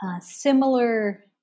similar